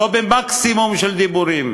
לא במקסימום של דיבורים